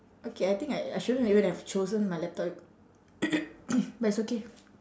okay I think I I shouldn't even have chosen my laptop but it's okay